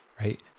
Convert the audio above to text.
right